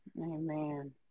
Amen